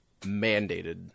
mandated